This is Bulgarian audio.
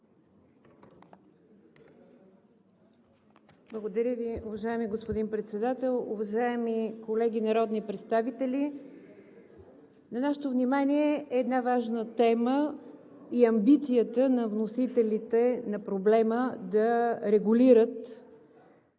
Благодаря Ви, уважаеми господин Председател. Уважаеми колеги народни представители! На нашето внимание е една важна тема и амбицията на вносителите на проблема е да регулират